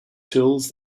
tools